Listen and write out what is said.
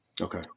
Okay